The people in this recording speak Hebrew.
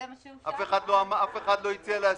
אף אחד לא ביקש להסיר.